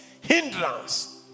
hindrance